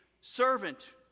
servant